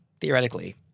theoretically